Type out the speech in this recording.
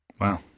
Wow